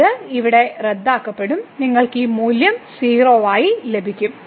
ഇവിടെ ഇത് റദ്ദാക്കപ്പെടും നിങ്ങൾക്ക് ഈ മൂല്യം 3 ആയി ലഭിക്കും